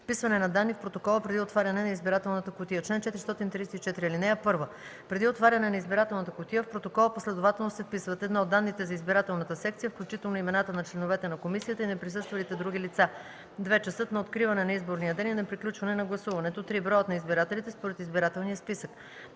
„Вписване на данни в протокола преди отваряне на избирателната кутия Чл. 434. (1) Преди отваряне на избирателната кутия в протокола последователно се вписват: 1. данните за избирателната секция, включително имената на членовете на комисията и на присъствалите други лица; 2. часът на откриване на изборния ден и на приключване на гласуването; 3. броят на избирателите според избирателния списък;